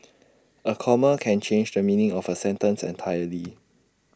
A comma can change the meaning of A sentence entirely